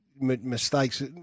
mistakes